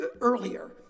earlier